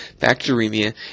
bacteremia